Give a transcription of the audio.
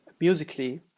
musically